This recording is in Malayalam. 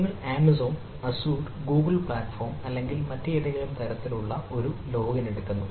നിങ്ങൾ ആമസോൺ അസൂർ ഗൂഗിൾ പ്ലാറ്റ്ഫോം അല്ലെങ്കിൽ മറ്റേതെങ്കിലും ഒരു ലോഗിൻ എടുക്കുന്നു